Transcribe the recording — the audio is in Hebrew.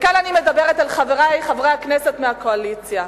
וכאן אני מדברת על חברי חברי הכנסת מהקואליציה.